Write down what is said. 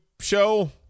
show